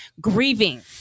grieving